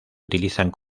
utilizan